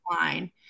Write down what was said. line